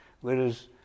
whereas